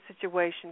situation